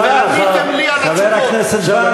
חבר הכנסת בר,